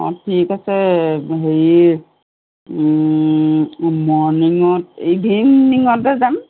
অঁ ঠিক আছে হেৰি মৰ্ণিঙত ইভনিঙতে যাম